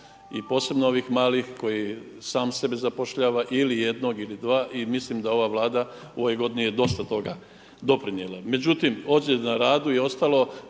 i posebno ovih mali koji sam sebe zapošljava ili jednog ili dva. I mislim da ova Vlada u ovoj godini je dosta toga doprinijela. Međutim, ozljeda na radu i ostalo,